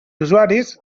usuaris